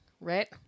right